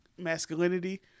masculinity